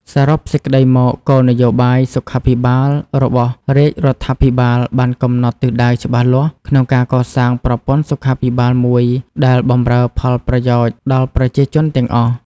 សរុបសេចក្តីមក គោលនយោបាយសុខាភិបាលរបស់រាជរដ្ឋាភិបាលបានកំណត់ទិសដៅច្បាស់លាស់ក្នុងការកសាងប្រព័ន្ធសុខាភិបាលមួយដែលបម្រើផលប្រយោជន៍ដល់ប្រជាជនទាំងអស់។